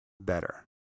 better